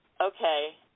okay